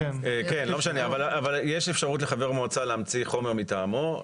אבל יש אפשרות לחבר מועצה להמציא חומר מטעמו.